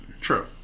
True